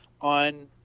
on